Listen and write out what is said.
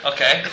Okay